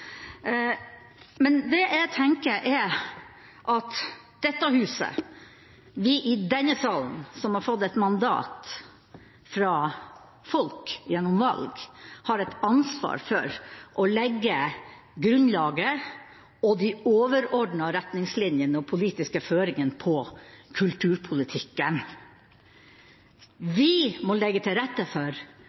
men det jeg tenker, er at vi i denne salen som har fått et mandat fra folk gjennom valg, har et ansvar for å legge grunnlaget og de overordnede retningslinjene og politiske føringene for kulturpolitikken. Vi må legge til rette for at de hundre blomster kan blomstre. Vi må legge til rette for,